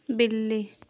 बिल्ली